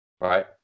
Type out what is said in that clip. right